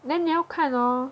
then 你要看 hor